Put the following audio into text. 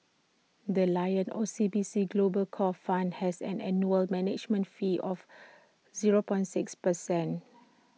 the lion O C B C global core fund has an annual management fee of zero point six percent